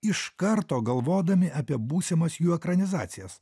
iš karto galvodami apie būsimas jų ekranizacijas